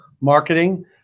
marketing